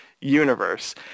universe